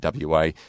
WA